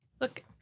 look